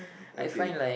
okay